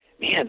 man